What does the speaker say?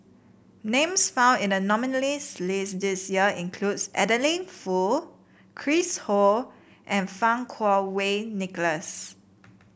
names found in the nominees' list this year include Adeline Foo Chris Ho and Fang Kuo Wei Nicholas